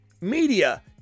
media